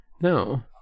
no